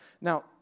Now